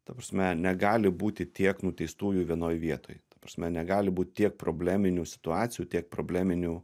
ta prasme negali būti tiek nuteistųjų vienoj vietoj ta prasme negali būt tiek probleminių situacijų tiek probleminių